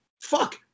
Fuck